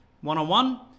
one-on-one